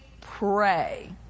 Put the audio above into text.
pray